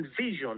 vision